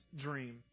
dream